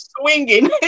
swinging